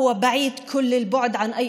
(אומרת דברים בשפה הערבית, להלן תרגומם: